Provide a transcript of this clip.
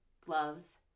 gloves